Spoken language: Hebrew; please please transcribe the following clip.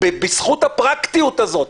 בזכות הפרקטיות הזאת,